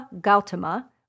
Gautama